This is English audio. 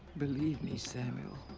believe me, samuel.